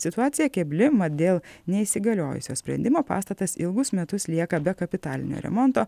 situacija kebli mat dėl neįsigaliojusio sprendimo pastatas ilgus metus lieka be kapitalinio remonto